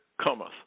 cometh